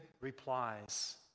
replies